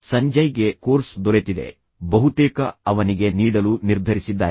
ಸಂಜಯ್ಗೆ course ದೊರೆತಿದೆ ಬಹುತೇಕ ಅವನಿಗೆ ನೀಡಲು ನಿರ್ಧರಿಸಿದ್ದಾರೆ